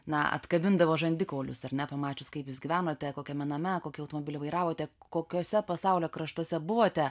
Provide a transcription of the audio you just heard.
na atkabindavo žandikaulius ar ne pamačius kaip jūs gyvenote kokiame name kokį automobilį vairavote kokiuose pasaulio kraštuose buvote